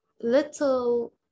little